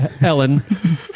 Ellen